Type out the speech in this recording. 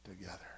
together